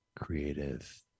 creative